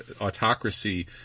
autocracy